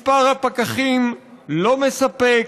מספר הפקחים לא מספק,